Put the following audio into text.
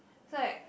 so I